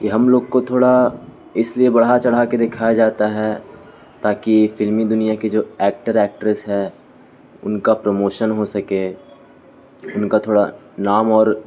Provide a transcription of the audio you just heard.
یہ ہم لوگ کو تھوڑا اس لیے بڑھا چڑھا کے دکھایا جاتا ہے تاکہ فلمی دنیا کے جو ایکٹر ایکٹریس ہے ان کا پروموشن ہو سکے ان کا تھوڑا نام اور